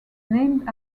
named